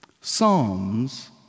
Psalms